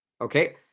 Okay